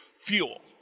fuel